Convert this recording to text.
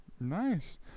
Nice